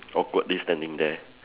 awkwardly standing there